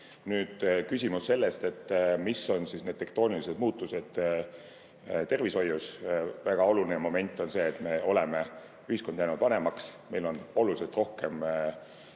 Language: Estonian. Nüüd küsimus sellest, mis on need tektoonilised muutused tervishoius. Väga oluline moment on see, et ühiskond on jäänud vanemaks, meil on oluliselt rohkem